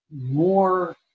more